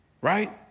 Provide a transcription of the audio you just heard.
Right